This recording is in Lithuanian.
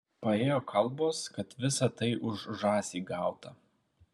paėjo kalbos kad visa tai už žąsį gauta